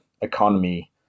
economy